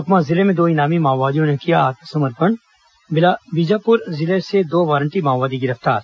सुकमा जिले में दो इनामी माओवादियों ने किया आत्समर्पण बीजापुर जिले से दो वारंटी माओवादी गिरफ्तार